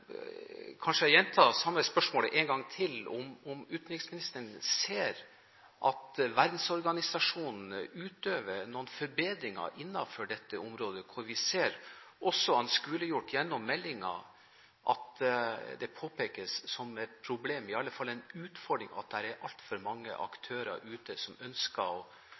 Jeg kan kanskje gjenta det samme spørsmålet en gang til: Ser utenriksministeren at verdensorganisasjonene utøver noen forbedringer innenfor dette området, hvor vi ser – også anskueliggjort gjennom meldingen – at det påpekes som et problem, eller i alle fall en utfordring, at det er altfor mange aktører ute som ønsker